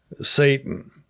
Satan